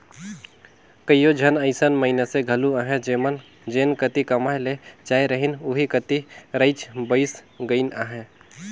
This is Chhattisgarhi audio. कइयो झन अइसन मइनसे घलो अहें जेमन जेन कती कमाए ले जाए रहिन ओही कती रइच बइस गइन अहें